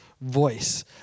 voice